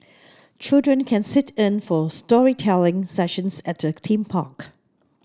children can sit in for storytelling sessions at the theme park